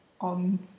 on